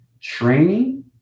training